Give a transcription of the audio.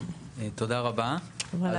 תודה רבה.